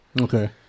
Okay